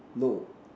no